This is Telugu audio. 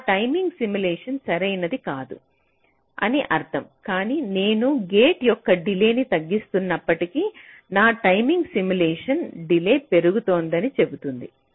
కాబట్టి నా టైమింగ్ సిమ్ములేషన్ సరైనది కాదు అని అర్థం కానీ నేను గేట్ యొక్క డిలే ని తగ్గిస్తున్నప్పటికీ నా టైమింగ్ సిమ్ములేషన్ డిలే పెరుగుతోందని చెబుతోంది